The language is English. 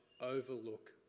overlook